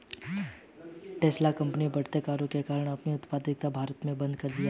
Tesla company बढ़ते करों के कारण अपना उत्पादन भारत में बंद कर दिया हैं